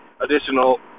additional